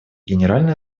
генеральной